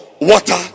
water